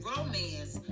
Romance